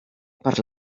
per